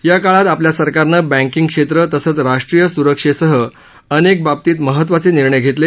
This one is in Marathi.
या काळात आपल्या सरकारनं बँकींग क्षेत्र तसंच राष्ट्रीय सुरक्षेसह अनेक बाबतीत महत्वाचे निर्णय घेतले